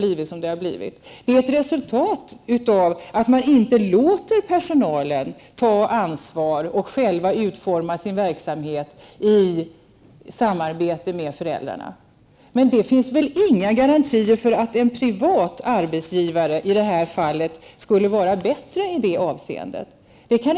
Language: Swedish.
Det är också ett resultat av att man inte låter personalen ta ansvar och själv utforma verksamheten i samarbete med föräldrarna. Jag kan inte se att det finns några garantier för att en privat arbetsgivare är bättre i dessa avseenden.